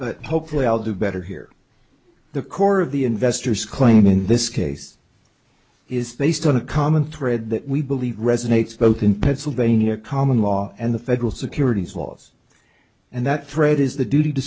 but hopefully i'll do better here the core of the investors claim in this case is they start a common thread that we believe resonates both in pennsylvania common law and the federal securities laws and that thread is the duty to